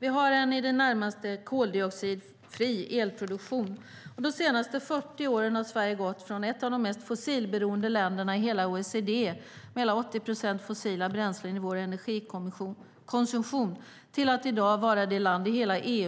Vi har en i det närmaste koldioxidfri elproduktion. De senaste 40 åren har Sverige gått från att vara ett av de mest fossilberoende länderna i hela OECD med hela 80 procent fossila bränslen i vår energikonsumtion till att i dag vara det land